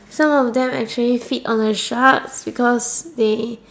some of them actually feed on the sharks because they